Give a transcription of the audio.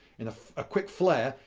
in ah a quick flare,